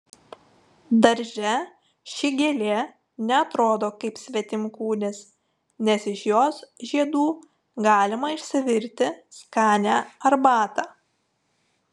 darže ši gėlė ne atrodo kaip svetimkūnis nes iš jos žiedų galima išsivirti skanią arbatą